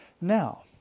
Now